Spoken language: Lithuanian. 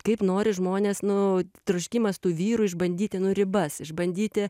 kaip nori žmonės nu troškimas tų vyrų išbandyti ribas išbandyti